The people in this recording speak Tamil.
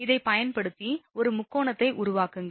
இதைப் பயன்படுத்தி ஒரு முக்கோணத்தை உருவாக்குங்கள்